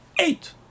Eight